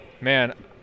Man